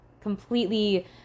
completely